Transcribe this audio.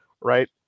right